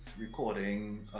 recording